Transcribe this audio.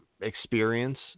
experience